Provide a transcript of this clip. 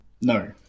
no